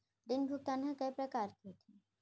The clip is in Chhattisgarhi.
ऋण भुगतान ह कय प्रकार के होथे?